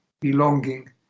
belonging